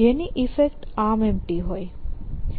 જેની effect ArmEmpty હોય